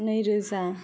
नै रोजा